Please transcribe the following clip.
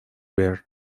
ver